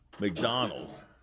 McDonald's